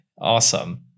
Awesome